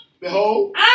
Behold